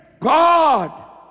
God